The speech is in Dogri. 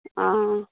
हां